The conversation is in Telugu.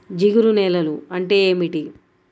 జిగురు నేలలు అంటే ఏమిటీ?